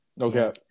okay